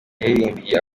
yaririmbiye